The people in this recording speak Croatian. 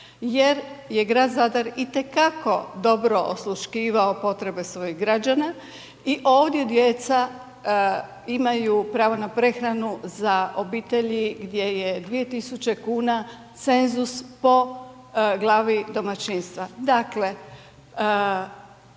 jer je grad Zadar i te kako dobro osluškivao potrebe svojih građana i ovdje djeca imaju pravo na prehranu za obitelji gdje je 2.000 kuna cenzus po glavi domaćinstva.